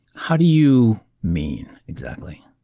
how do you mean exactly?